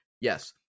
Yes